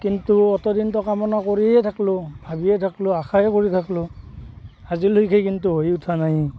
কিন্তু অতদিনতো কামনা কৰিয়ে থাকলোঁ ভাবিয়ে থাকিলোঁ আশা কৰিয়েই থাকিলোঁ আজিলৈকে কিন্তু হৈ উঠা নাই